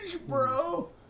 bro